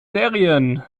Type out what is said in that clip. serien